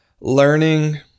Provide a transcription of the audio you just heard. learning